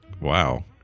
wow